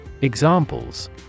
Examples